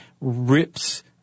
rips